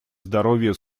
здоровья